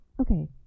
okay